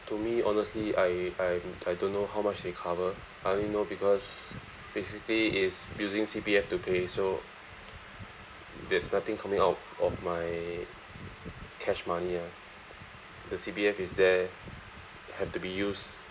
to me honestly I I I don't know how much they cover I only know because basically it's using C_P_F to pay so there's nothing coming out of my cash money ah the C_P_F is there have to be used